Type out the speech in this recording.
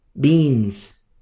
beans